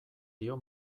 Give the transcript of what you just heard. dio